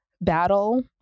battle